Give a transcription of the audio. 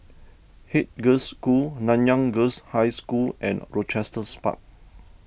Haig Girls' School Nanyang Girls' High School and Rochester's Park